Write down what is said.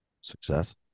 success